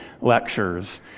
lectures